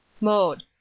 Mode